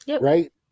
right